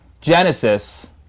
Genesis